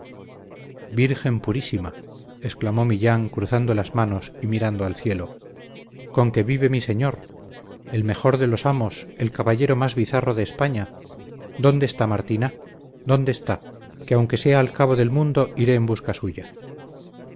virgen purísima exclamó millán cruzando las manos y mirando al cielo conque vive mi señor el mejor de los amos el caballero más bizarro de españa dónde está martina dónde está que aunque sea al cabo del mundo iré en busca suya